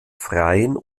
freien